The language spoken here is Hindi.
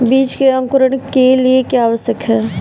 बीज के अंकुरण के लिए क्या आवश्यक है?